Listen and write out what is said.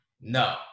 No